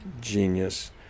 genius